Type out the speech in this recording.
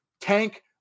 tank